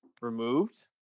removed